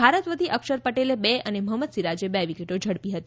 ભારત વતી અક્ષર પટેલે બે અને મહંમદ સિરાજે એક વિકેટ ઝડપી હતી